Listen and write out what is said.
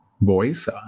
voice